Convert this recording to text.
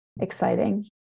exciting